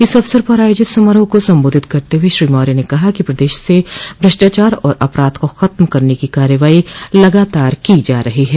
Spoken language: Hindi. इस अवसर पर आयोजित समारोह को संबोधित करते हुए श्री मौर्य ने कहा कि प्रदेश से भ्रष्टाचार और अपराध को खत्म करने की कार्रवाई लगातार की जा रही है